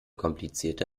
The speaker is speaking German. komplizierte